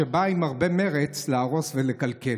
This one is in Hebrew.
שבאה עם הרבה מרץ להרוס ולקלקל.